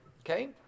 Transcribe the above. Okay